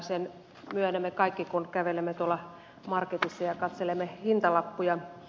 sen myönnämme kaikki kun kävelemme tuolla marketissa ja katselemme hintalappuja